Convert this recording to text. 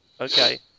Okay